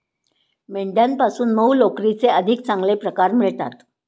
मेंढ्यांपासून मऊ लोकरीचे अधिक चांगले प्रकार मिळतात